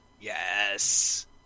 Yes